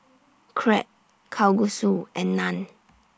Crepe Kalguksu and Naan